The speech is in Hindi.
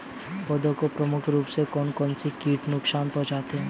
पौधों को प्रमुख रूप से कौन कौन से कीट नुकसान पहुंचाते हैं?